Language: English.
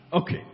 Okay